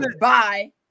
bye